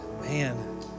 Man